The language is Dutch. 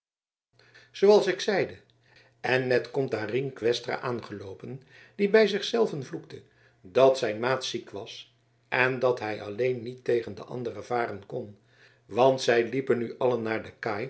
zooals ik zeide en met komt daar rienk westra aangeloopen die bij zich zelven vloekte dat zijn maat ziek was en dat hij alleen niet tegen de anderen varen kon want zij liepen nu allen naar de